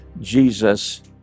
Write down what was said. Jesus